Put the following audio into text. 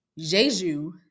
Jeju